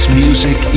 music